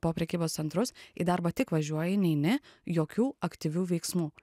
po prekybos centrus į darbą tik važiuoji neini jokių aktyvių veiksmų